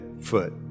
foot